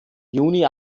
juni